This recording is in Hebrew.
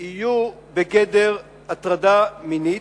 יהיו בגדר הטרדה מינית,